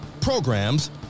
programs